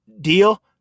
deal